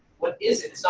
what is it? so